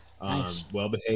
well-behaved